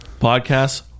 podcasts